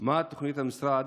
3. מה תוכנית המשרד